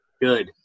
good